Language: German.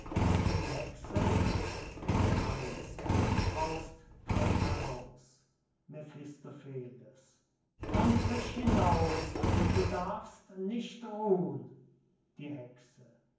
die hexe lös't den kreis faust tritt heraus mephistopheles nun frisch hinaus du darfst nicht ruhn die hexe